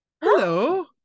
Hello